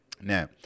Now